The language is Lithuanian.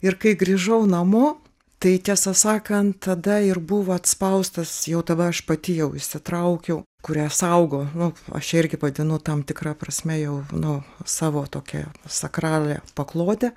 ir kai grįžau namo tai tiesą sakant tada ir buvo atspaustas jau tada aš pati jau įsitraukiau kurią saugo nu aš ją irgi vadinu tam tikra prasme jau nu savo tokia sakrale paklode